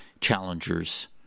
challengers